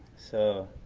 so